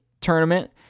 tournament